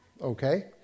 okay